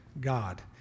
God